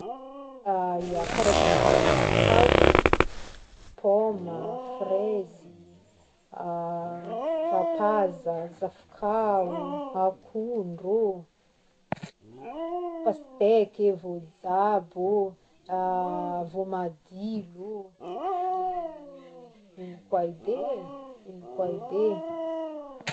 Ya karazagna voankazo e, paoma, frezy, vapaza, zavoka o, akondro ô, pastéque e, voajabo ô, voamadilo ô de ino koa edy e ino koa edy e.